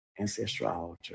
ancestral